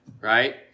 right